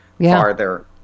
farther